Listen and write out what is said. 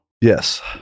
Yes